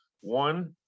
one